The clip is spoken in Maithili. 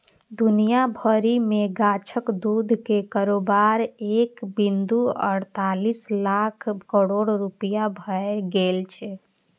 दुनिया भरि मे गाछक दूध के कारोबार एक बिंदु अड़तालीस लाख करोड़ रुपैया भए गेल छै